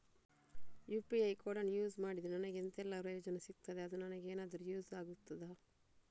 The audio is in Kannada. ಯು.ಪಿ.ಐ ಕೋಡನ್ನು ಯೂಸ್ ಮಾಡಿದ್ರೆ ನನಗೆ ಎಂಥೆಲ್ಲಾ ಪ್ರಯೋಜನ ಸಿಗ್ತದೆ, ಅದು ನನಗೆ ಎನಾದರೂ ಯೂಸ್ ಆಗ್ತದಾ?